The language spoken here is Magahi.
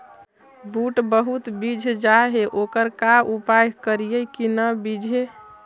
बुट बहुत बिजझ जा हे ओकर का उपाय करियै कि न बिजझे?